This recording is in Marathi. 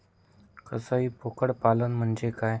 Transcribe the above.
कसाई बोकड पालन म्हणजे काय?